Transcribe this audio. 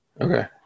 Okay